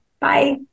Bye